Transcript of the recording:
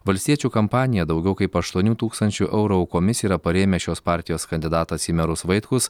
valstiečių kampaniją daugiau kaip aštuonių tūkstančių eurų aukomis yra parėmę šios partijos kandidatas į merus vaitkus